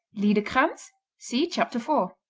liederkranz see chapter four.